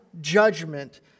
judgment